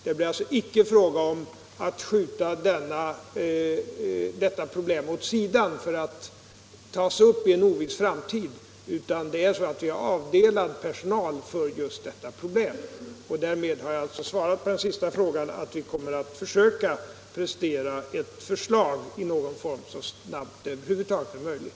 Det blir alltså inte fråga om att skjuta problemet åt sidan och ta upp det i en oviss framtid. Vi har avdelat personal för just detta problem. Därmed har jag svarat på den senaste frågan: Vi kommer att framlägga förslag så snabbt som det över huvud taget är möjligt.